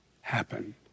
happen